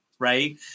Right